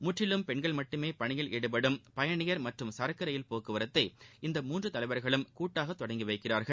முற்றிலும் பெண்கள் மட்டுமே பணியில் ஈடுபடும் பயணியா் மற்றும் சரக்கு ரயில் போக்குவரத்தை இந்த மூன்று தலைவர்களும் கூட்டாக தொடக்கி வைக்கிறார்கள்